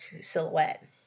silhouette